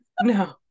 No